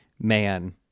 man